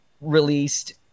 released